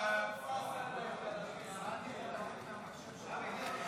הפנים והגנת הסביבה נתקבלה.